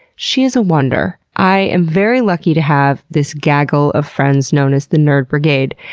she is a wonder. i am very lucky to have this gaggle of friends known as the nerd brigade,